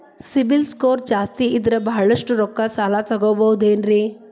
CIBIL score ಜಾಸ್ತಿ ಇದ್ರ ಬಹಳಷ್ಟು ರೊಕ್ಕ ಸಾಲ ತಗೋಬಹುದು ಏನ್ರಿ?